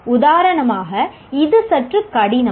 உதாரணமாக இது சற்று கடினம்